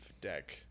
deck